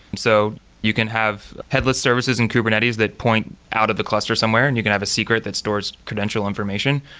so you can have headless services in kubernetes that point out of the cluster somewhere and you can have a secret that stores credential information.